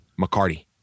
McCarty